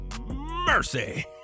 mercy